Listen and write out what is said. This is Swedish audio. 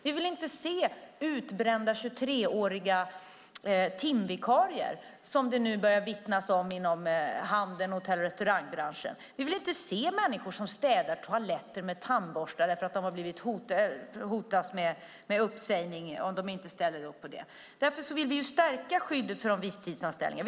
Vi vill inte se utbrända 23-åriga timvikarier, som det nu börjar vittnas om inom handeln och hotell och restaurangbranschen. Vi vill inte se människor som städar toaletter med tandborstar därför att de hotas med uppsägning om de inte ställer upp på det. Därför vill vi stärka skyddet för de visstidsanställda.